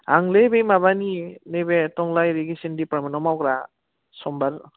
आंलै बे माबानि नैबे टंला इरिगेसन डिपार्टमेनाव मावग्रा समबार